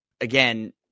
again